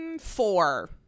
four